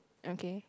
okay